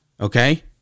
Okay